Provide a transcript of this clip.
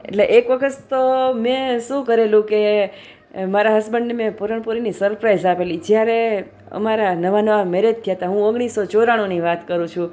એટલે એક વખત તો મેં શું કરેલું કે મારા હસબન્ડને મેં પૂરણપૂરીની સરપ્રાઈઝ આપેલી જ્યારે અમારા નવા નવા મેરેજ થયા હતા હું ઓગણીસો ચોરાણુંની વાત કરું છું